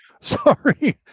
Sorry